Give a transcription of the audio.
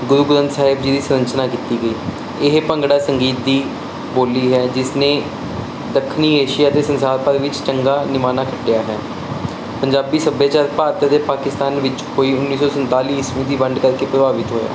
ਗੁਰੂ ਗ੍ਰੰਥ ਸਾਹਿਬ ਜੀ ਦੀ ਸੰਰਚਨਾ ਕੀਤੀ ਗਈ ਇਹ ਭੰਗੜਾ ਸੰਗੀਤ ਦੀ ਬੋਲੀ ਹੈ ਜਿਸਨੇ ਦੱਖਣੀ ਏਸ਼ੀਆ ਤੇ ਸੰਸਾਰ ਭਰ ਵਿੱਚ ਚੰਗਾ ਨਿਮਾਣਾ ਖੱਟਿਆ ਹੈ ਪੰਜਾਬੀ ਸੱਭਿਆਚਾਰ ਭਾਰਤ ਅਤੇ ਪਾਕਿਸਤਾਨ ਵਿੱਚ ਹੋਈ ਉੱਨੀ ਸੌ ਸੰਤਾਲੀ ਈਸਵੀ ਦੀ ਵੰਡ ਕਰਕੇ ਪ੍ਰਭਾਵਿਤ ਹੋਇਆ